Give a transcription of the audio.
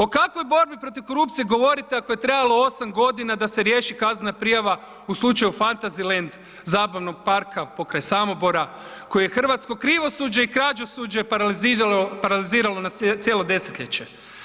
O kakvoj borbi protiv korupciji govorite ako je trebalo 8 godina da se riješi kaznena prijava u slučaju Fantasyland zabavnog parka pokraj Samobora koje je hrvatsko krivosuđe i krađusuđe paraliziralo na cijelo desetljeće?